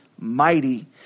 mighty